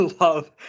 love